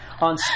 on